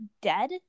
dead